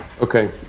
Okay